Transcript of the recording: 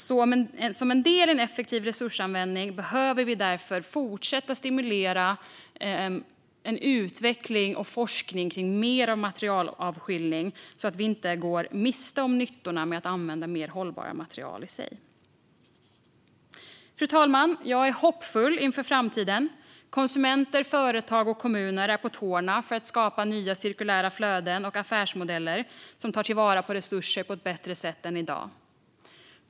Som en del i en effektiv resursanvändning behöver vi därför fortsätta att stimulera en utveckling och forskning i mer av materialavskiljning så att vi inte går miste om nyttorna med att använda mer hållbara material i sig. Fru talman! Jag är hoppfull inför framtiden. Konsumenter, företag och kommuner är på tårna för att skapa nya cirkulära flöden och affärsmodeller som tar vara på resurser på ett bättre sätt än i dag.